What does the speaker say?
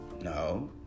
No